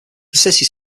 city